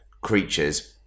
creatures